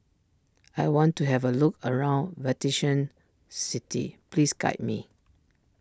I want to have a look around Vatican City please guide me